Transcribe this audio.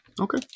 Okay